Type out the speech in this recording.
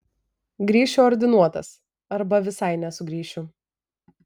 grįšiu ordinuotas arba visai nesugrįšiu